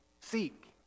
seek